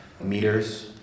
meters